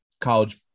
college